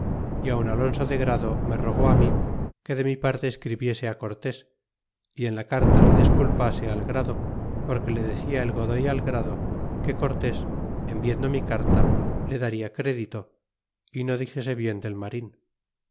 y aun alonso de grado me rogó mí que de mi parte escribiese cortés y en la carta le desculpase al grado porque le decia el godoy al grado que cortés en viendo mi carta le darla crédito y no dixese bien de marin